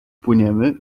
płyniemy